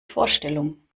vorstellung